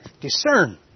discern